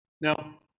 now